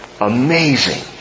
amazing